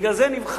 בגלל זה נבחרנו,